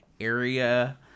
area